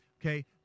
okay